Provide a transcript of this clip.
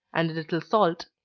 and a little salt.